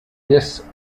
disks